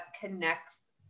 connects